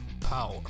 power